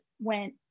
went